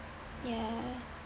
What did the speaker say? ya